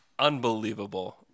unbelievable